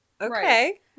okay